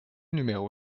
numéro